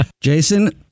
Jason